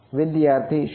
વિદ્યાર્થી 0